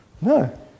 No